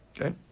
Okay